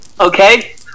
Okay